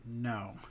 No